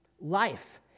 life